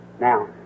Now